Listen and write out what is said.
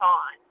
on